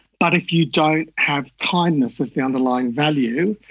but if you don't have kindness as the underlying value,